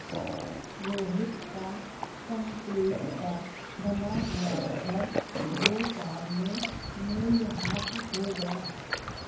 रोहित का कंक्रीट का बना हुआ घर दो साल में मूल्यह्रास हो गया